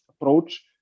approach